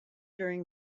during